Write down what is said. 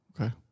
Okay